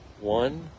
One